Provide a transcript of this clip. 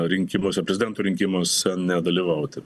rinkimuose prezidento rinkimuose nedalyvauti